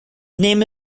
name